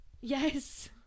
Yes